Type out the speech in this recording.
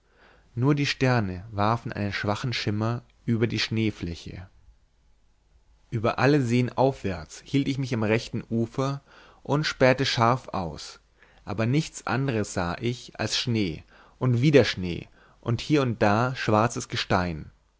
nur die sterne warfen einen schwachen schimmer über die schneefläche über alle seen aufwärts hielt ich mich am rechten ufer und spähte scharf aus aber nichts anderes sah ich als schnee und wieder schnee und hier und da schwarzes gestein